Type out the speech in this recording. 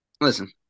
Listen